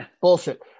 bullshit